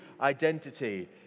identity